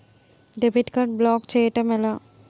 Debit card block చేయటం ఎలా?